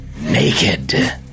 naked